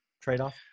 trade-off